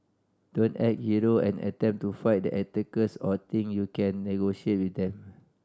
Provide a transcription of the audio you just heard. don't act hero and attempt to fight the attackers or think you can negotiate with them